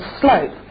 slope